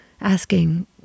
Asking